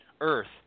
Earth